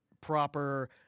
proper